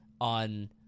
on